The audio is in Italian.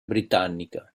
britannica